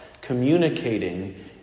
communicating